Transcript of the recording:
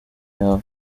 yawe